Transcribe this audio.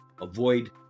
Avoid